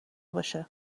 باشه